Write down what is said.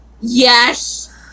Yes